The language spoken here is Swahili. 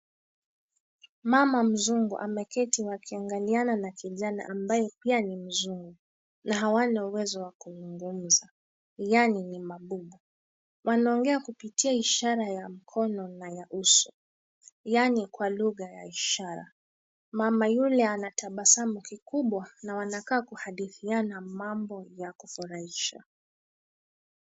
Mama mzungu ameketi wakiangaliana na kijana ambaye pia ni mzungu na hawana uwezo wa kuzungumza, yaani ni mabubu. Wanaongea kupitia ishara ya mkono na ya uso, yaani kwa lugha ya ishara. Mama yule anatabasamu kikubwa na wanakaa kuhadithiana mambo ya kufurahisha.